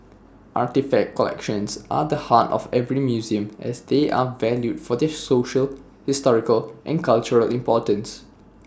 artefact collections are the heart of every museum as they are valued for their social historical and cultural importance